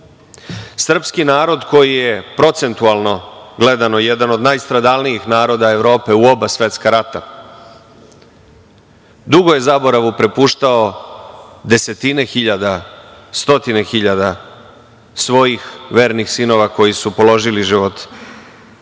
narod koji je, procentualno gledano, jedan od najstradalnijih naroda Evrope u oba svetska rata, dugo je zaboravu prepuštao desetine hiljada, stotine hiljada svojih vernih sinova koji su položili život na oltar